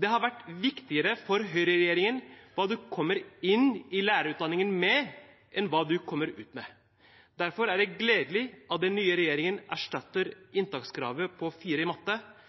Det har vært viktigere for høyreregjeringen hva man kommer inn i lærerutdanningen med, enn hva man kommer ut med. Derfor er det gledelig at den nye regjeringen erstatter inntakskravet på 4 i matte